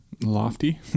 lofty